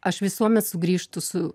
aš visuomet sugrįžtu su